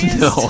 no